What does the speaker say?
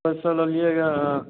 पैसा लबियेगा आओर